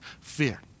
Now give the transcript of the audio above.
Fear